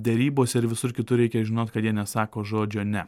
derybos ir visur kitur reikia žinot kad jie nesako žodžio ne